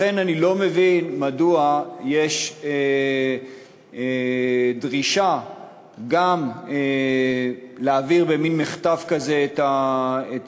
לכן אני לא מבין מדוע יש דרישה גם להעביר במין מחטף כזה את